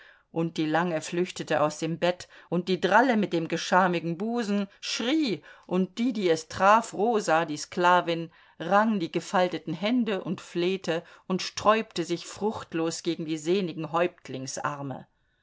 und die lange flüchtete aus dem bett und die dralle mit dem geschamigen busen schrie und die die es traf rosa die sklavin rang die gefalteten hände und flehte und sträubte sich fruchtlos gegen die sehnigen